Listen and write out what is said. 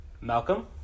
Malcolm